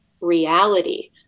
reality